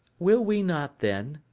will we not, then,